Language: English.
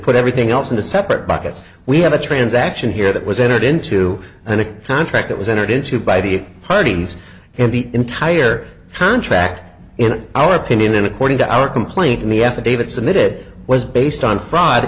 put everything else into separate buckets we have a transaction here that was entered into and a contract that was entered into by the parties in the entire contract in our opinion and according to our complaint in the affidavit submitted was based on friday